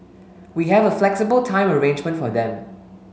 we have a flexible time arrangement for them